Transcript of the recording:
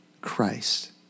Christ